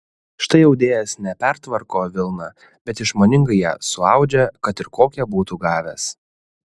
štai audėjas ne pertvarko vilną bet išmoningai ją suaudžia kad ir kokią būtų gavęs